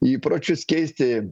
įpročius keisti